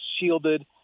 shielded